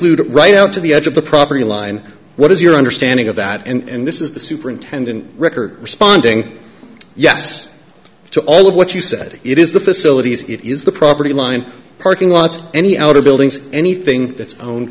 it right up to the edge of the property line what is your understanding of that and this is the superintendent record responding yes to all of what you said it is the facilities it is the property line parking lots any outbuildings anything that's owned